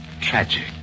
tragic